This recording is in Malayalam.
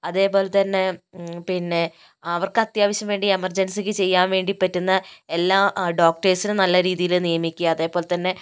അതേപോലെ തന്നെ പിന്നെ അവര്ക്ക് അത്യാവശ്യം വേണ്ടി എമര്ജെന്സി ചെയ്യാന് വേണ്ടി പറ്റുന്ന എല്ലാ ഡോക്ടേഴ്സിനെ നല്ല രീതിയില് നിയമിക്കുക അതേപോലെ തന്നെ